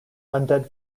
undead